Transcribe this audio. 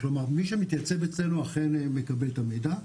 כלומר מי שמתייצב אצלנו מקבל את המידע.